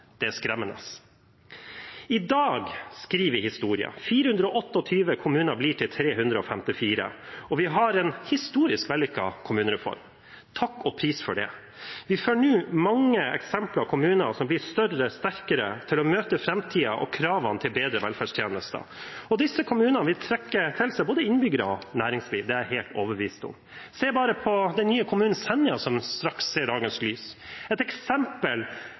er skremmende. I dag skriver vi historie. 428 kommuner blir til 354, og vi har en historisk vellykket kommunereform. Takk og pris for det! Vi får nå mange eksempler på kommuner som blir større og sterkere til å møte framtiden og kravene til bedre velferdstjenester, og disse kommunene vil trekke til seg både innbyggere og næringsliv, det er jeg helt overbevist om. Se bare på den nye kommunen Senja, som straks ser dagens lys, et eksempel